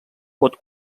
pot